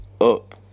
up